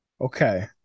Okay